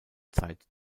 zeit